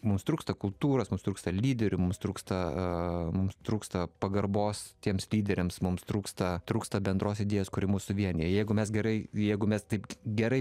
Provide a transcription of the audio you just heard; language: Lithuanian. mums trūksta kultūros mums trūksta lyderių mums trūksta a mums trūksta pagarbos tiems lyderiams mums trūksta trūksta bendros idėjos kuri mus suvienija jeigu mes gerai jeigu mes taip gerai